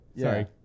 Sorry